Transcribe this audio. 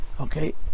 Okay